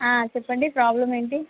చెప్పండి ప్రాబ్లమ్ ఏంటి